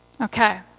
Okay